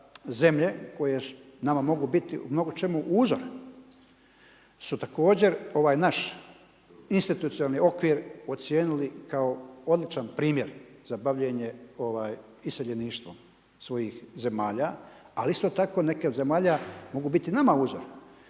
zemlje koje nama mogu biti u mnogočemu uzor su također ovaj naš institucionalni okvir ocijenili kao odličan primjer za bavljenje iseljeništvom svojih zemalja. Ali isto tako neke od zemalja mogu biti nama uzor.